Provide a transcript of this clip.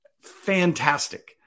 Fantastic